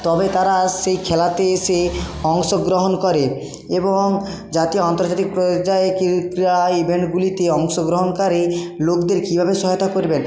তবে তারা সেই খেলাতে এসে অংশগ্রহণ করে এবং জাতীয় আন্তর্জাতিক পর্যায়ে ক্রীড়া ইভেন্টগুলিতে অংশগ্রহণকারী লোকদের কীভাবে সহায়তা করবেন